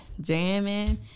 jamming